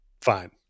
fine